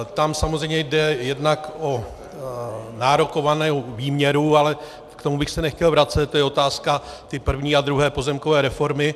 Tam samozřejmě jde jednak o nárokovanou výměru, ale k tomu bych se nechtěl vracet, to je otázka první a druhé pozemkové reformy.